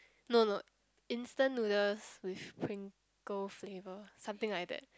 no no instant noodles with Pringles flavour something like that